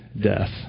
death